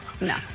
No